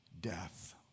Death